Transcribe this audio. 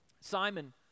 Simon